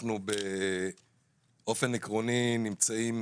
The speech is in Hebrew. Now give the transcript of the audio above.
אנחנו באופן עקרוני נמצאים